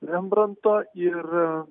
rembranto ir